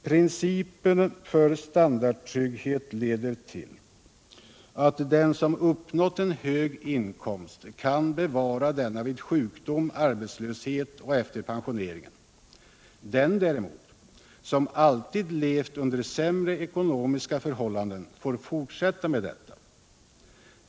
Principen för standardtrygghet leder till att den som uppnått en hög inkomst kan bevara denna vid sjukdom, vid arbetslöshet och efter pensioneringen. Den däremot som alltid levt under sämre ekonomiska förhållanden får fortsätta med detta.